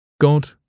God